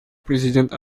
президент